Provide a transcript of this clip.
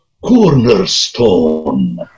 cornerstone